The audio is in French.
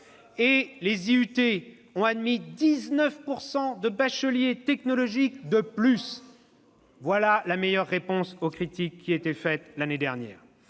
et les IUT ont admis 19 % de bacheliers technologiques de plus. » Voilà la meilleure réponse aux critiques faites l'année dernière